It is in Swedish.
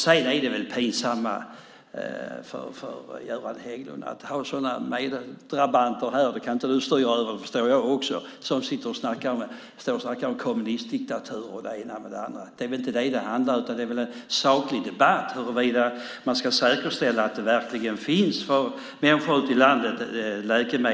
Sedan måste det vara lite pinsamt för Göran Hägglund att ha sådana meddrabanter, även om jag förstår att han inte kan styra över det, som snackar om kommunistdiktaturer och det ena med det andra. Detta ska väl vara en saklig debatt om huruvida man ska säkerställa att det verkligen finns läkemedel för människorna ute i landet.